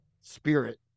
spirit